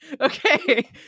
Okay